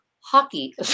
Hockey